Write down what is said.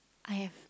I've